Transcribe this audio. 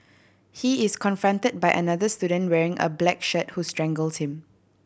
he is confronted by another student wearing a black shirt who strangles him